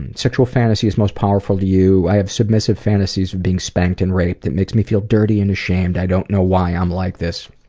and sexual fantasies most powerful to you i have submissive fantasies of being spanked and raped. it makes me feel dirty and ashamed. ashamed. i don't know why i'm like this.